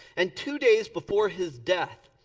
and two days before his death,